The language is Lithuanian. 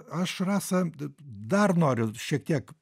aš rasa dar noriu šiek tiek